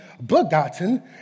begotten